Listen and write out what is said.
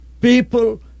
People